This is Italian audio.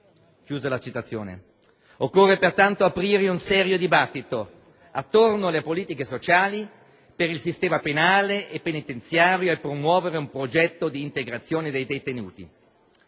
condannato». Occorre pertanto aprire un serio dibattito attorno alle politiche sociali per il sistema penale e penitenziario e promuovere un progetto di integrazione dei detenuti.